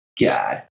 God